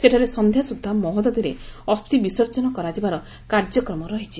ସେଠାରେ ସନ୍ଧ୍ୟା ସୁଦ୍ଧା ମହୋଦଧୂରେ ଅସ୍ତି ବିସର୍ଜନ କରାଯିବାର କାର୍ଯ୍ୟକ୍ରମ ରହିଛି